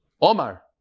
Omar